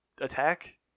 attack